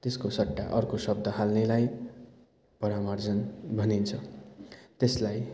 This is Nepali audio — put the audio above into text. त्यसको सट्टा अर्को शब्द हाल्नेलाई परिमार्जन भनिन्छ त्यसलाई